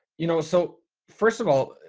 you know, so first of all,